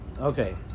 Okay